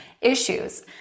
issues